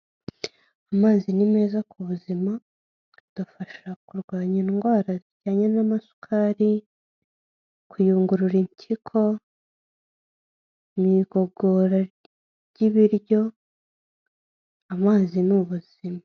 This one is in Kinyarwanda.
Amazi ni meza ku buzima, adufasha kurwanya indwara zijyanye n'amasukari, kuyungurura impyiko, mu igogora ry'ibiryo, amazi ni ubuzima.